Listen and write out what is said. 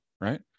right